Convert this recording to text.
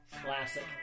classic